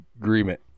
Agreement